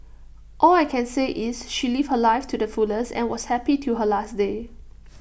all I can say is she lived her life too the fullest and was happy till her last day